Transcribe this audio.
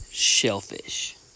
Shellfish